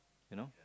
you know